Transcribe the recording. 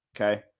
Okay